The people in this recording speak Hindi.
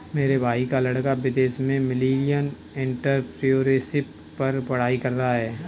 मेरे भाई का लड़का विदेश में मिलेनियल एंटरप्रेन्योरशिप पर पढ़ाई कर रहा है